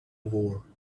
war